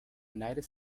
united